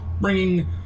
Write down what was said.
bringing